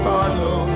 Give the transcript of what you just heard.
Follow